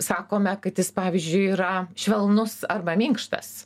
sakome kad jis pavyzdžiui yra švelnus arba minkštas